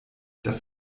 das